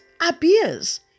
appears